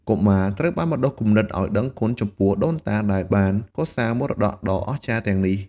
កុមារត្រូវបានបណ្ដុះគំនិតឲ្យដឹងគុណចំពោះដូនតាដែលបានកសាងមរតកដ៏អស្ចារ្យទាំងនេះ។